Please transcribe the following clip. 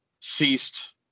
ceased